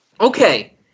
Okay